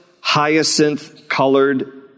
hyacinth-colored